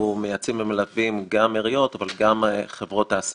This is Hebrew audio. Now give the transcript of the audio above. שאנחנו לוקחים תרופה שאין בה כלום --- מה את מציעה?